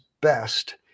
best